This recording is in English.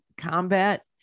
combat